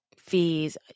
fees